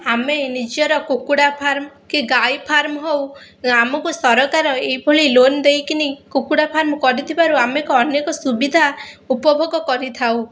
ଆମେ ନିଜର କୁକୁଡ଼ା ଫାର୍ମ କି ଗାଈ ଫାର୍ମ ହେଉ ଆମକୁ ସରକାର ଏଇଭଳି ଲୋନ୍ ଦେଇକି କୁକୁଡ଼ା ଫାର୍ମ କରିଥିବାରୁ ଆମେ ଅନେକ ସୁବିଧା ଉପଭୋଗ କରିଥାଉ